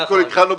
מאה אחוז.